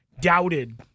doubted